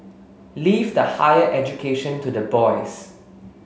leave the higher education to the boys